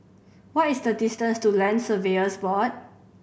what is the distance to Land Surveyors Board